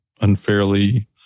unfairly